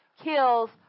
kills